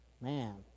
Man